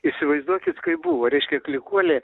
įsivaizduokit kaip buvo ryški klykuolė